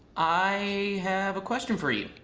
i have a question for you.